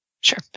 Sure